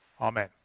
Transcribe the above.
Amen